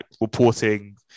reporting